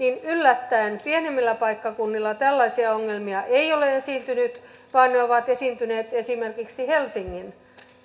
yllättäen pienemmillä paikkakunnilla tällaisia ongelmia ei ole esiintynyt vaan ne ovat esiintyneet esimerkiksi helsingin